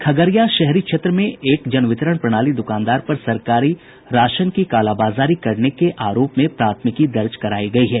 खगड़िया शहरी क्षेत्र के एक जन वितरण प्रणाली दुकानदार पर सरकारी राशन की कालाबाजारी करने के आरोप में प्राथमिकी दर्ज करायी गयी है